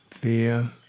fear